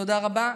תודה רבה.